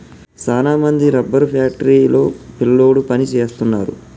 సాన మంది rubber factory లో పిల్లోడు పని సేస్తున్నారు